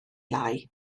lai